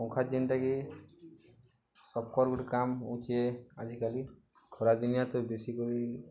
ପଙ୍ଖା ଯେନ୍ଟାକି ସବକର୍ ଗୁଟ କାମ ହଉଚେ ଆଜିକାଲି ଖରା ଦିନିଆ ତ ବେଶୀ କରି